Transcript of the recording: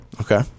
Okay